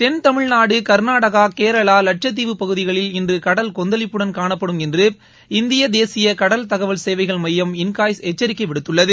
தென் தமிழ்நாடு கர்நாடகா கேரளா வட்சத்தீவு பகுதிகளில் இன்று கடல் கொந்தளிப்புடன் காணப்படும் என்று இந்திய தேசிய கடல் தகவல் சேவைகள் மையம் இன்காய்ஸ் எச்சரிக்கை விடுத்துள்ளது